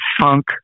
funk